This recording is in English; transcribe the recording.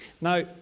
Now